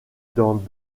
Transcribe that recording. dans